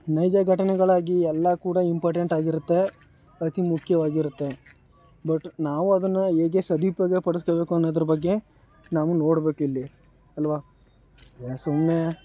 ನೈಜ ಘಟನೆಗಳಾಗಿ ಎಲ್ಲ ಕೂಡ ಇಂಪಾರ್ಟೆಂಟ್ ಆಗಿರುತ್ತೆ ಅತಿ ಮುಖ್ಯವಾಗಿರುತ್ತೆ ಬಟ್ ನಾವು ಅದನ್ನ ಹೇಗೆ ಸದುಪ್ಯೋಗ ಪಡಿಸ್ಕೊಳ್ಬೇಕು ಅನ್ನೋದ್ರ ಬಗ್ಗೆ ನಾವು ನೋಡಬೇಕು ಇಲ್ಲಿ ಅಲ್ವ ಯಾ ಸುಮ್ಮನೆ